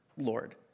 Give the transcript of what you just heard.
Lord